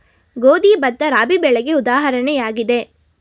ಗೋಧಿ, ಭತ್ತ, ರಾಬಿ ಬೆಳೆಗೆ ಉದಾಹರಣೆಯಾಗಿದೆ